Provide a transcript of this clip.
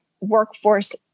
workforce